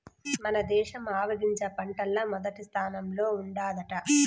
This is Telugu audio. మన దేశం ఆవాలగింజ పంటల్ల మొదటి స్థానంలో ఉండాదట